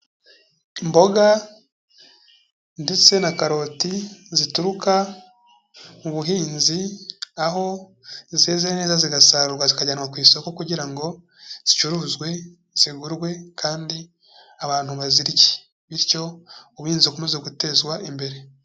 Imboga ndetse na karoti zituruka mu buhinzi, aho zeze neza zigasarurwa zikajyanwa ku isoko kugira ngo zicuruzwe zigurwe kandi abantu bazirye, bityo ubuhinzu bukomeze gutezwa imbere.